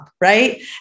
right